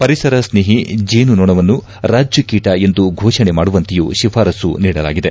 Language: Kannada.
ಪರಿಸರ ಸ್ನೇಹಿ ಜೇನು ನೊಣವನ್ನು ರಾಜ್ಜ ಕೀಟ ಎಂದು ಫೋಷಣೆ ಮಾಡುವಂತೆಯೂ ಶಿಫಾರಸ್ಸು ನೀಡಲಾಗಿದೆ